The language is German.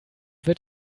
wird